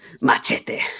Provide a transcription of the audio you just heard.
Machete